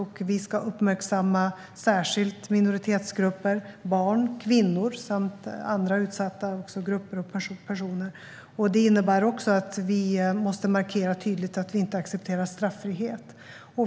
Vi ska särskilt uppmärksamma minoritetsgrupper: barn, kvinnor och andra utsatta grupper och personer. Det innebär också att vi måste markera tydligt att vi inte accepterar straffrihet.